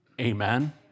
Amen